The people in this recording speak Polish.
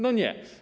No nie.